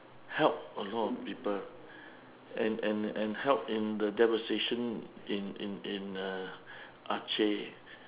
help a lot of people and and and help in the devastation in in in the aceh